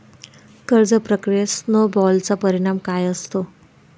कर्ज प्रक्रियेत स्नो बॉलचा परिणाम काय असतो?